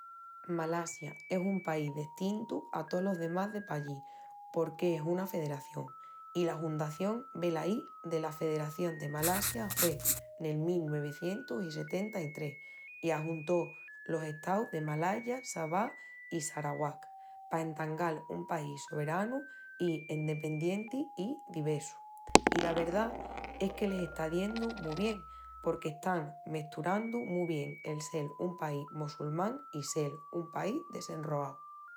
Malasia es un país destintu a tolos demás de pallí porqu'es una federación. I la hundación, velaí, dela Federación de Malasia hue nel mil nuevicientus i sessenta-i-tres, i ajuntó los estaus de Malaya, Sabah i Sarawak pa entangal un país soberanu i endependienti i divessu. I la verdá es que les está diendu mu bien porque están mesturandu mu bien el sel un país mossulmán i sel un país desenroau.